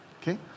okay